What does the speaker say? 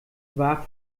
war